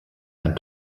ein